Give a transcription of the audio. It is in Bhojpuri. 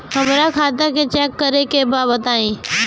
हमरा खाता चेक करे के बा बताई?